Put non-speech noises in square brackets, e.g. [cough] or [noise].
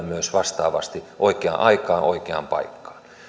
[unintelligible] myös vastaavasti oikeaan aikaan oikeaan paikkaan